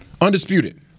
Undisputed